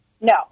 No